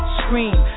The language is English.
scream